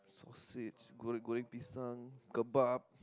sausage goreng goreng-pisang Kebab